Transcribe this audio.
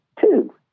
Two